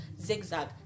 zigzag